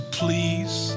please